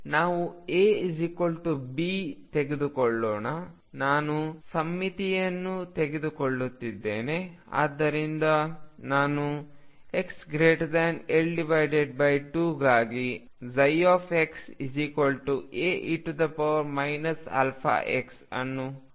ನಾವು A B ತೆಗೆದುಕೊಳ್ಳೋಣ ನಾನು ಸಮ್ಮಿತಿಯನ್ನು ತೆಗೆದುಕೊಳ್ಳುತ್ತಿದ್ದೇನೆ